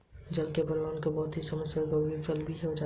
जल के प्रवाह में बहुत सी सभ्यताओं का विलय भी हो गया